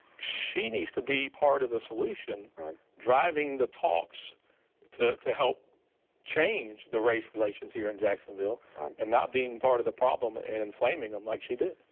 she needs to be part of the solution driving the talks to to help change the race relations here in jacksonville and not being part of the problem and inflaming them like she did.